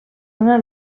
una